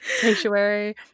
Sanctuary